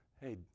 Hey